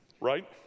right